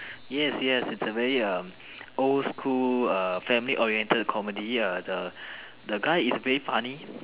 yes yes it's a very um old school err family oriented comedy err the the guy is very funny